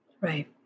Right